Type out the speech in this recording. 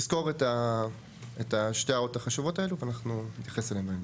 תזכור את שתי ההערות החשובות האלו ואנחנו נתייחס אליהן בהמשך.